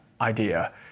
idea